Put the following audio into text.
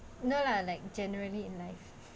no lah like generally in like